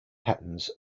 patterns